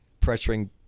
pressuring